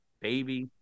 baby